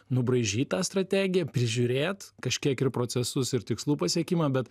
nubraižyt tą strategiją prižiūrėt kažkiek ir procesus ir tikslų pasiekimą bet